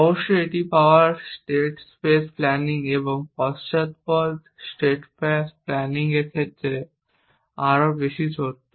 অবশ্যই এটি পাওয়ার স্টেট স্পেস প্ল্যানিং এবং পশ্চাদপদ স্টেট স্পেস প্ল্যানিংয়ের ক্ষেত্রে আরও বেশি সত্য